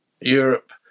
Europe